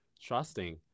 trusting